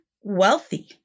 wealthy